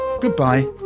Goodbye